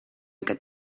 good